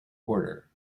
order